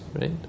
right